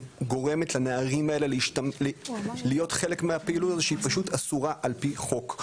שגורמת לנערים האלה להיות חלק מהפעילות הזו שהיא פשוט אסורה על פי חוק.